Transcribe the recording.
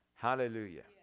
Hallelujah